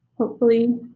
hopefully.